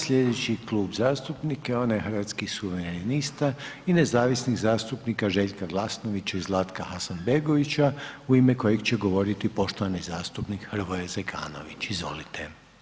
Sljedeći klub zastupnika je onaj Hrvatskih suverenista i nezavisnih zastupnika Željka Glasnovića i Zlatka Hasanbegovića u ime kojeg će govoriti poštovani zastupnik Hrvoje Zekanović, izvolite.